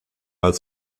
als